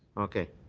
okay.